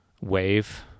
wave